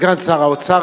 סגן שר האוצר,